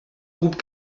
groupe